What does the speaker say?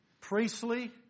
priestly